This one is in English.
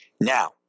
Now